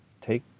take